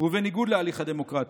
ובניגוד להליך הדמוקרטי.